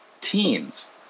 teens